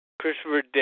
Christopher